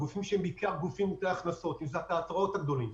יש את הגופים שהם גופים מוטי הכנסות התיאטראות הגדולים,